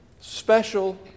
special